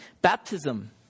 Baptism